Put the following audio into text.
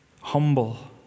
humble